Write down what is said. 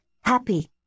happy